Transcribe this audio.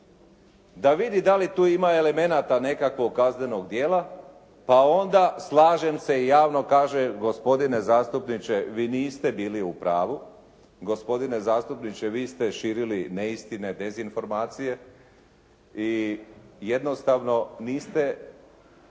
da vidi da li tu ima elemenata nekakvog kaznenog djela, pa onda slažem se i javno kaže gospodine zastupniče, vi niste bili u pravu. Gospodine zastupniče, vi ste širili neistine, dezinformacije i jednostavno niste